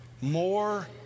more